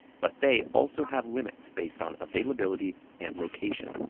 but they also have limits based on availability and location.